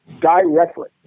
directly